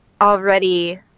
already